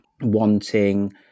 wanting